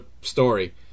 story